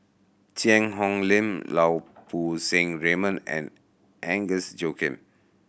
Cheang Hong Lim Lau Poo Seng Raymond and Agnes Joaquim